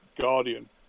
guardian